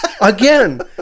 Again